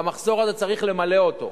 והמחסור הזה צריך למלא אותו.